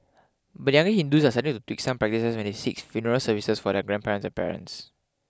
but younger Hindus are starting to tweak some practices when they seek funeral services for their grandparents and parents